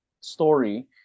story